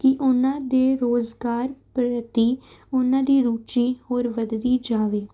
ਕਿ ਉਹਨਾਂ ਦੇ ਰੁਜ਼ਗਾਰ ਪ੍ਰਤੀ ਉਹਨਾਂ ਦੀ ਰੁਚੀ ਹੋਰ ਵੱਧਦੀ ਜਾਵੇ